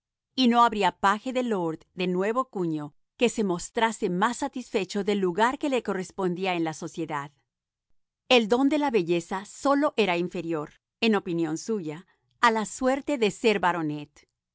y no habría paje de lord de nuevo cufio que se mostrase más satisfecho del lugar que le correspondía en la sociedad el don de la belleza sólo era inferior en opinión suya a la suerte de ser baronet